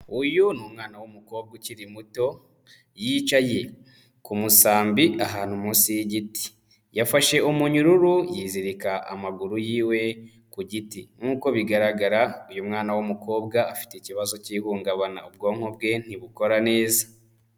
Uyu ni umwana w'umukobwa ukiri muto yicaye ku musambi ahantu munsi y'igiti, yafashe umunyururu yizirika amaguru yiwe ku giti, nkuko bigaragara uyu mwana w'umukobwa afite ikibazo cy'ihungabana, ubwonko bwe ntibukora neza.